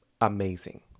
Amazing